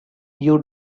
you